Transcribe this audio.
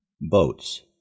boats